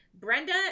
Brenda